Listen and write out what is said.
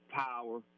power